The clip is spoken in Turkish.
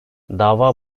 dava